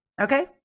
okay